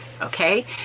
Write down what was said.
okay